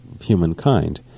humankind